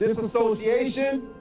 Disassociation